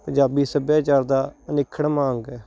ਪੰਜਾਬੀ ਸੱਭਿਆਚਾਰ ਦਾ ਅਨਿੱਖੜਵਾਂ ਅੰਗ ਹੈ